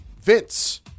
Vince